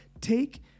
take